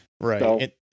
Right